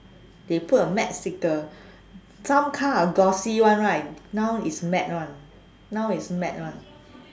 they put a matt sticker some car are glossy [one] right now is matt [one] now is matt [one]